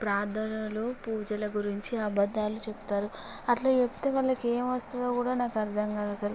ప్రార్ధనలు పూజల గురించి అబద్ధాలు చెబుతారు అట్ల చెబితే వాళ్ళకి ఏమి వస్తుందో కూడా నాకు అర్థం కాదు అసలు